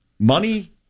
Money